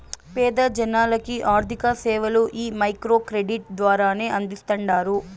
పేద జనాలకి ఆర్థిక సేవలు ఈ మైక్రో క్రెడిట్ ద్వారానే అందిస్తాండారు